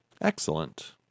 Excellent